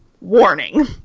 Warning